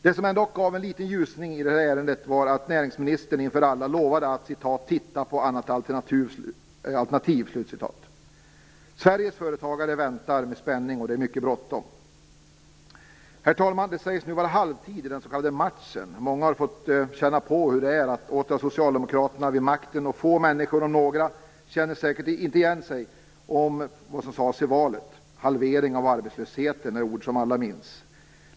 Det som ändock gav en liten ljusning i den frågan var att näringsministern inför alla lovade att "titta på annat alternativ". Sveriges företagare väntar med spänning, och det är mycket bråttom. Herr talman! Det sägs nu vara halvtid i den s.k. matchen. Många har fått känna på hur det är att åter ha Socialdemokraterna vid makten, och få människor - om några - känner igen sig från vad som sades i valet. "Halvering av arbetslösheten" är ord som alla minns.